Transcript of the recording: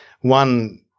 one